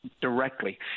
directly